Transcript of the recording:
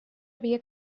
havia